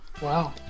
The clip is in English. Wow